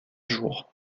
jour